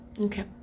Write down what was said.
Okay